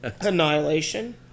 Annihilation